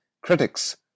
critics